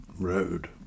Road